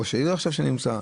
ראש העיר עכשיו שנמצא.